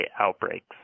outbreaks